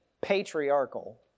patriarchal